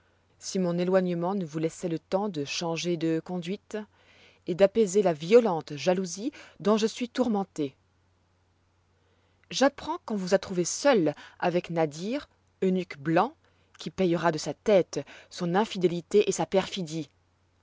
si mon éloignement ne vous laissoit le temps de changer de conduite et d'apaiser la violente jalousie dont je suis tourmenté j'apprends qu'on vous a trouvée seule avec nadir eunuque blanc qui payera de sa tête son infidélité et sa perfidie